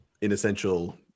inessential